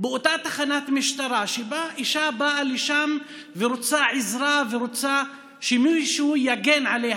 באותה תחנת משטרה שהאישה באה אליה ורוצה עזרה ורוצה שמישהו יגן עליה.